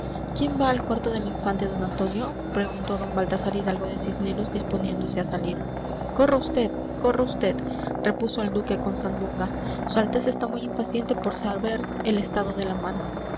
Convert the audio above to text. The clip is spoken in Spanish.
quién va al cuarto del infante d antonio preguntó d baltasar hidalgo de cisneros disponiéndose a salir corra vd corra vd repuso el duque con sandunga su alteza está muy impaciente por saber el estado de la mar